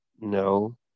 no